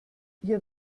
wir